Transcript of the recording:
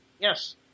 Yes